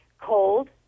cold